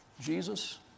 Jesus